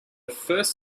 first